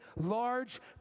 large